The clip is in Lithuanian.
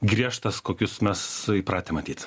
griežtas kokius mes įpratę matyt